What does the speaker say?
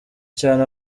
cyane